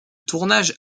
tournage